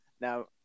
Now